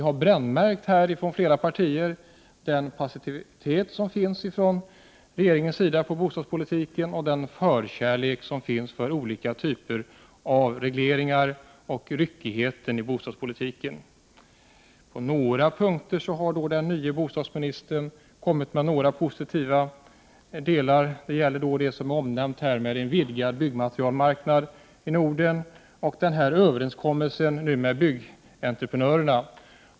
Men vi har från flera partier brännmärkt regeringens passivitet inom bostadspolitiken, dess förkärlek för olika typer av regleringar samt ryckigheten i bostadspolitiken. På några punkter har den nye bostadsministern kommit med positiva saker. Det gäller då det som är omnämnt här — en vidgad byggmaterialmark 43 nad i Norden och överenskommelsen med byggentreprenörerna.